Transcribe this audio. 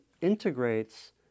integrates